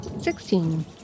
Sixteen